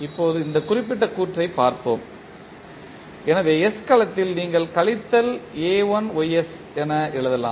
இப்போது இந்த குறிப்பிட்ட கூற்றைப் பார்ப்போம் எனவே s களத்தில் நீங்கள் கழித்தல் a1ys என எழுதலாம்